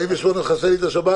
48 שעות זה מכסה לי את השבת?